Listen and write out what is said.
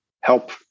help